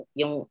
yung